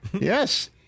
yes